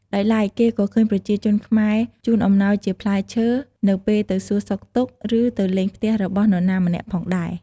ដោយឡែក គេក៏ឃើញប្រជាជនខ្មែរជូនអំណោយជាផ្លែឈើ នៅពេលទៅសួរសុខទុក្ខ ឬទៅលេងផ្ទះរបស់នរណាម្នាក់ផងដែរ។